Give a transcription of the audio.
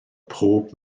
pob